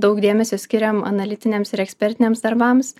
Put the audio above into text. daug dėmesio skiriam analitiniams ir ekspertiniams darbams